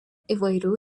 įvairių